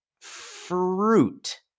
fruit